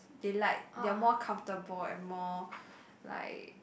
they like they are more comfortable and more like